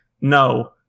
no